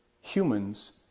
humans